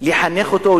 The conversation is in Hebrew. לחנך אותו,